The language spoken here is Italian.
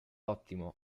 ottimo